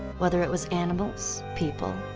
whether it was animals, people,